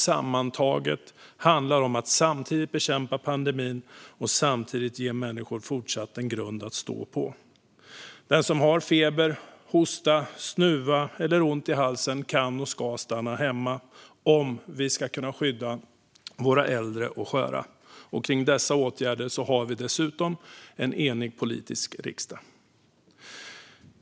Sammantaget handlar det om att bekämpa pandemin och samtidigt fortsätta ge människor en grund att stå på. Den som har feber, hosta, snuva eller ont i halsen kan och ska stanna hemma om vi ska kunna skydda våra äldre och sköra. Dessa åtgärder står dessutom en enig politisk riksdag bakom.